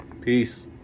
Peace